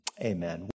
Amen